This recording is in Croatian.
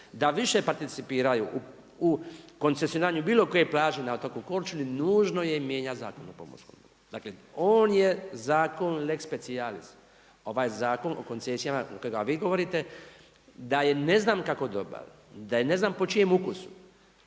da više participiraju u koncesioniranju bilo koje plaće na otoku Korčuli nužno je mijenjati Zakon o pomorskom dobru. Dakle on je zakon lex specialis ovaj Zakon o koncesijama kojega vi govorite, da je ne znam kako dobar, da je ne znam po čijem ukusu